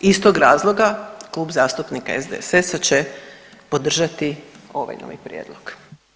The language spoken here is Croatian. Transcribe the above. Iz tog razloga, Klub zastupnika SDSS-a će podržati ovaj novi prijedlog.